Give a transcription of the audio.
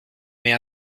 mais